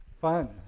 fun